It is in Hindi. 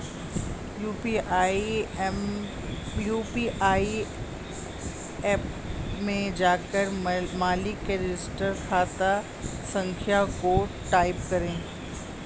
यू.पी.आई ऐप में जाकर मालिक के रजिस्टर्ड खाता संख्या को टाईप करें